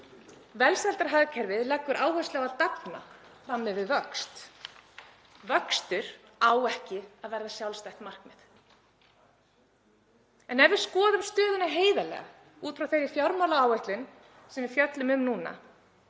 Velsældarhagkerfið leggur áherslu á að dafna fram yfir vöxt. Vöxtur á ekki að verða sjálfstætt markmið. Ef við skoðum stöðuna heiðarlega út frá þeirri fjármálaáætlun sem við fjöllum um núna